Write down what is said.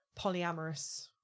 polyamorous